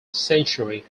century